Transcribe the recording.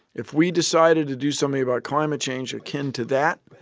if we decided to do something about climate change akin to that,